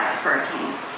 hurricanes